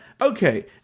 Okay